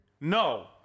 No